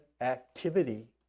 activity